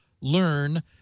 learn